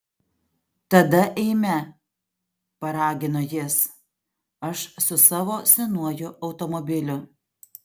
tada eime paragino jis aš su savo senuoju automobiliu